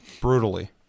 Brutally